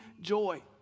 joy